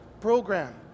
program